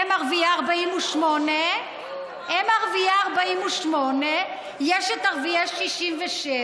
הם ערביי 48'. הם ערביי 48'. יש את ערביי 67',